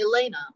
Elena